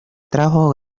atrajo